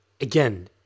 again